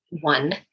one